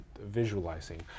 visualizing